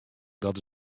dat